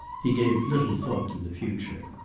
he gave little thought to the future.